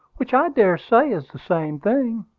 which i dare say is the same thing.